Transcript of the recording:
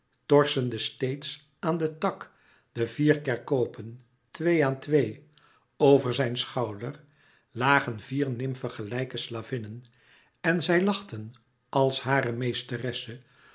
steeds aan den tak de vier kerkopen twee aan twee over zijn schouder lagen vier nymfe gelijke slavinnen en zij lachten als hare meesteresse